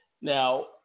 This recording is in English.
Now